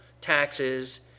taxes